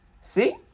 See